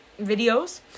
videos